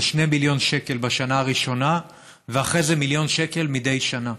זה 2 מיליון שקל בשנה הראשונה ואחרי זה מיליון שקל מדי שנה.